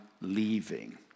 leaving